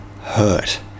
hurt